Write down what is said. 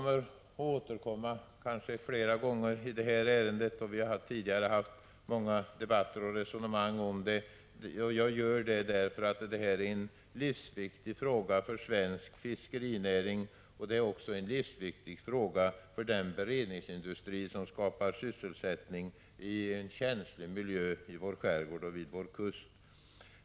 Jag återkommer kanske flera gånger till denna sak — vi har tidigare haft många debatter i frågan — och jag gör det då, eftersom det rör sig om en livsviktig fråga för svensk fiskerinäring liksom också för den svenska beredningsindustrin, som skapar sysselsättning i en känslig miljö i vår skärgård och vid vår kust.